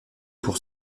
pour